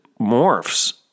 morphs